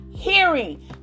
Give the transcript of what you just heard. Hearing